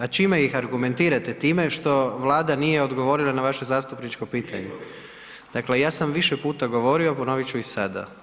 A čime ih argumentirate, time što Vlada nije odgovorila na vaše zastupničko pitanje? ... [[Upadica se ne čuje.]] Dakle, ja sam više puta govorio, ponovit ću i sada.